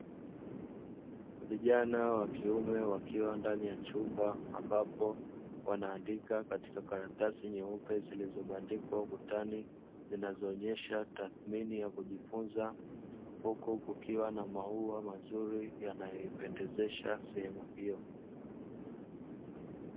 Vijana wakiume wakiwa katika chumba, ambapo wanaandika katika karatasi nyeupe zilizo bandikwa ukutani, zinazoonyesha tathimini ya kujifunza huku kukiwa na maua mazuri yanayo ipendezesha sehemmu hiyo.